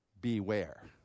Beware